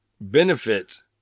benefits